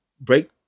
break